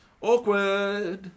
Awkward